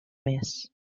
més